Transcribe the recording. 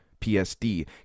PSD